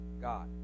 God